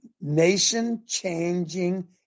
nation-changing